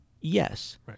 yes